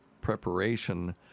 preparation